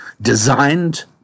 Designed